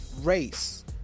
race